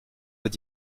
veut